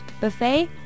Buffet